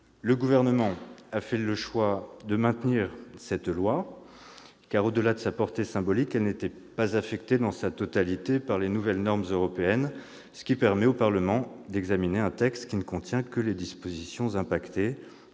Le Gouvernement a fait le choix de maintenir la loi de 1978, car, au-delà de sa portée symbolique, elle n'était pas visée dans sa totalité par les nouvelles normes européennes, ce qui permet au Parlement de procéder à l'examen d'un texte ne contenant que les dispositions affectées